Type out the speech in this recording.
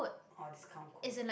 or discount code